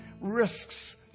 risks